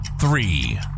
three